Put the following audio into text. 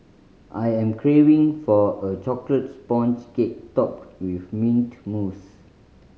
I am craving for a chocolate sponge cake topped with mint mousse